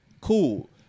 cool